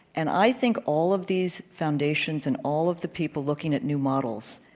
and i think all of these foundations and all of the people looking at new models,